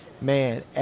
man